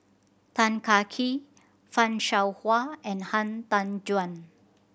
Tan Kah Kee Fan Shao Hua and Han Tan Juan